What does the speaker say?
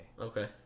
Okay